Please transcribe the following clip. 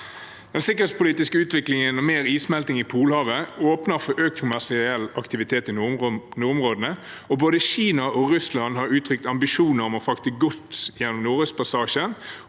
Den sikkerhetspolitiske utviklingen og mer issmelting i Polhavet åpner for økt kommersiell aktivitet i nordområdene, og både Kina og Russland har uttrykt ambisjoner om å frakte gods gjennom Nordøstpassasjen.